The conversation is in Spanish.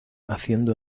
haciendo